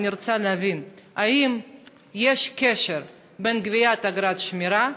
אבל אני רוצה להבין: האם יש קשר בין גביית אגרת שמירה,